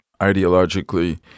ideologically